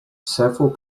several